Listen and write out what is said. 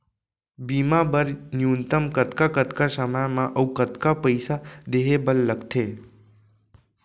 बीमा बर न्यूनतम कतका कतका समय मा अऊ कतका पइसा देहे बर लगथे